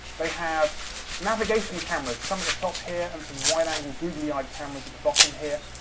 they have navigation cameras, some at the top here, and some wide-angled googly-eyed cameras at the bottom here.